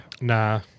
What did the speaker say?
Nah